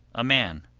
a man.